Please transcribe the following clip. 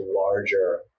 larger